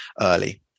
early